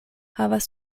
havas